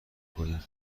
کنیم